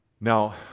Now